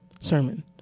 sermon